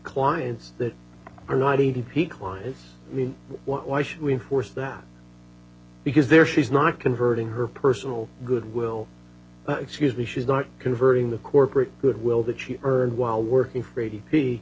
clients why should we force them because they're she's not converting her personal goodwill excuse me she's not converting the corporate goodwill that she earned while working for eighty p